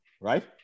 right